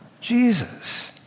Jesus